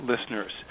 listeners